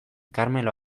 karmelo